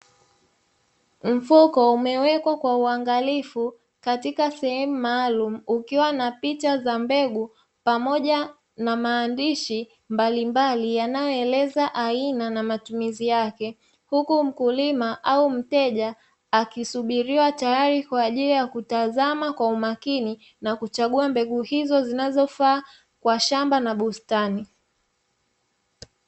Mfuko umewekwa kwa uangalifu katika sehemu maalumu ukiwa na picha za mbegu pamoja na maandishi mbalimbali yanayoeleza aina na matumizi yake, huku mkulima au mteja akisubiriwa tayari kwa ajili ya kutazama kwa umakini na kuchagua mbegu hizo zinazofaa kwa shamba na bustani.